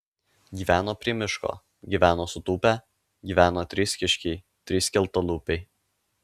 gyveno prie miško gyveno sutūpę gyveno trys kiškiai trys skeltalūpiai